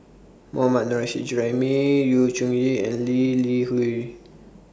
Mohammad Nurrasyid Juraimi Yu Zhuye and Lee Li Hui